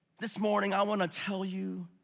this morning, i want to tell you,